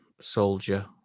soldier